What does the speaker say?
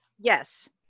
Yes